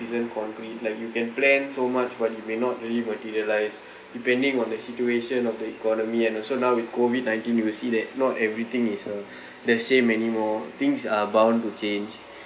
isn't concrete like you can plan so much but you may not really materialise depending on the situation of the economy and also now with COVID nineteen you will see that not everything is uh the same anymore things are bound to change